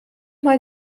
mal